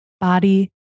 body